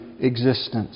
existence